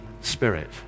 spirit